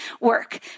work